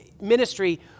ministry